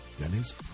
Dennis